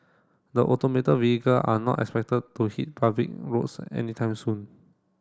the automated vehicle are not expected to hit public roads anytime soon